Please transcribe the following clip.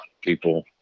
People